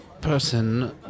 person